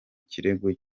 kirego